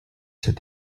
said